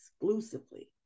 exclusively